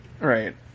Right